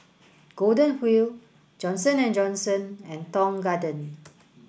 Golden Wheel Johnson and Johnson and Tong Garden